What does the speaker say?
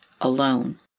alone